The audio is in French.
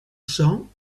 chant